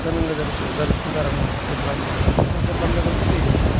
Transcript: గనంగా జరుపు జరుపుకుంటారు అన్నమాట దసరా పండుగని ఇంకొక పండగొచ్చి